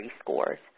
scores